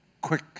quick